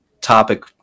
topic